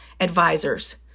advisors